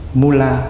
mula